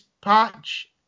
patch